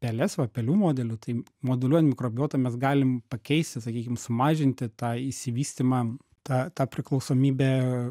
peles va pelių modeliu tai moduliuojant mikrobiotą mes galim pakeisti sakykim sumažinti tą išsivystymą tą tą priklausomybę